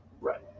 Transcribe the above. right